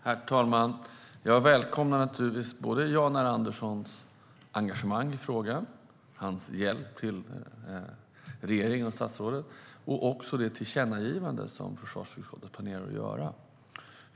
Herr talman! Jag välkomnar naturligtvis Jan R Anderssons engagemang i frågan, hans hjälp till regeringen och statsrådet och också det tillkännagivande som försvarsutskottet planerar att göra.